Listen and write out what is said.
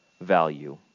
value